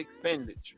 expenditure